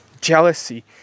jealousy